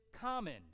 common